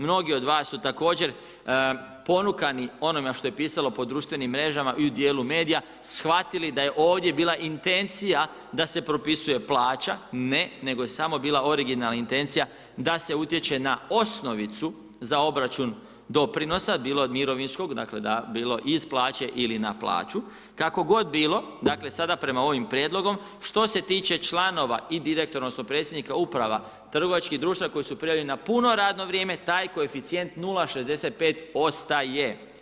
Mnogi od vas su također ponukani onome što je pisalo po društvenim mrežama i u djelu medija, shvatili da je ovdje bila intencija da se propisuje plaća, ne nego je samo bila originalna intencija da se utječe na osnovicu za obračun doprinosa, bilo mirovinskog, dakle da bilo iz plaće ili na plaću, kako god bilo, dakle sada prema ovim prijedlogom, što se tiče članove i direktora odnosno predsjednika uprava trgovačkih društava koji su prijavljeni na puno radno vrijeme, taj koeficijent 0,65, ostaje.